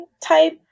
type